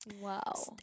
Wow